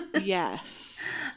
Yes